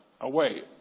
away